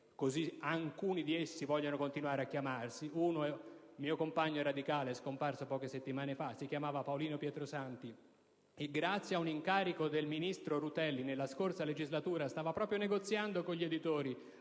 alcuni di loro vogliono continuare a chiamarsi così). Uno di loro è un mio compagno radicale scomparso poche settimane fa: si chiamava Paolino Pietrosanti, e grazie a un incarico dell'allora ministro Rutelli nella scorsa legislatura stava proprio negoziando con gli editori